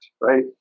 right